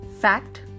Fact